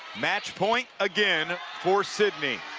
match point again for sidney.